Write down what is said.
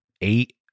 eight